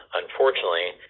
unfortunately